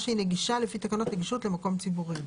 שהיא נגישה לפי תקנות נגישות למקום ציבורי.